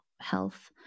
health